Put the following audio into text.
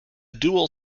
dual